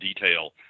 detail